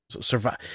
survive